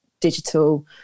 digital